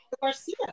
Garcia